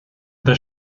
the